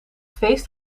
feest